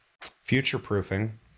future-proofing